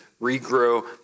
regrow